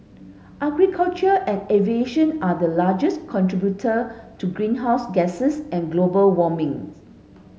agriculture and aviation are the largest contributor to greenhouse gases and global warming